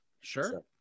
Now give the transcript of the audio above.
Sure